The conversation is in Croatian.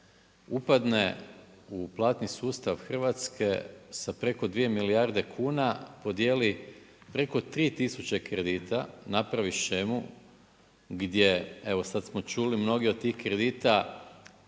upadne u platni sustav Hrvatske sa preko 2 milijarde kuna, podjeli preko 3 tisuće kredita, napravi shemu, gdje, evo sad smo ćuli, mnogi od tih kredita,